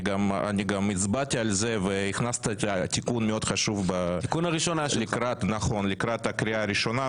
אני גם הצבעתי על זה והכנסת תיקון מאוד חשוב לקראת הקריאה הראשונה.